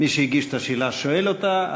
מי שהגיש את השאלה שואל אותה,